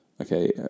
okay